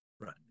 Right